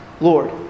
Lord